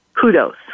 Kudos